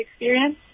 experience